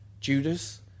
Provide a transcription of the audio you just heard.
Judas